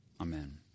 Amen